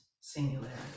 singularity